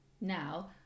now